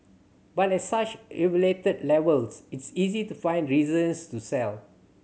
but at such elevated levels it's easy to find reasons to sell